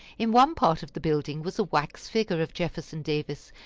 in one part of the building was a wax figure of jefferson davis,